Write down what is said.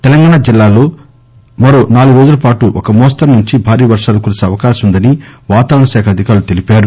తెలంగాణ జిల్లాల్లో మరో నాలుగు రోజుల పాటు ఒక మోస్తరు నుంచి భారీ వర్గాలు కురిసే అవకాశం ఉందని వాతావరణ శాఖ అధికారులు తెలిపారు